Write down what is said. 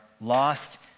lost